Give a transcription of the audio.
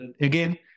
again